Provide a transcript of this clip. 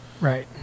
Right